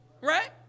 right